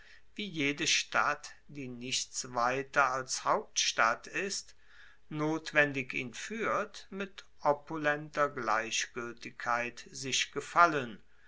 wie jede stadt die nichts weiter als hauptstadt ist notwendig ihn fuehrt mit opulenter gleichgueltigkeit sich gefallen